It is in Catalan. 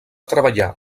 treballar